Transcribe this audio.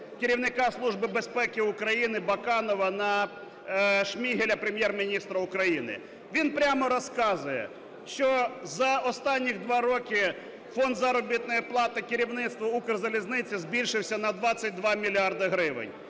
керівника Служби безпеки України Баканова на Шмигаля Прем'єр-міністра України. Він прямо розказує, що за останніх два роки Фонд заробітної плати керівництва "Укрзалізниці" збільшився на 22 мільярди